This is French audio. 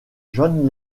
john